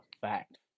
fact